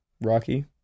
Rocky